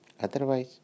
Otherwise